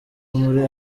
muri